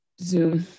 Zoom